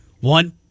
One